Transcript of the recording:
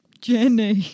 Jenny